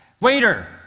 Waiter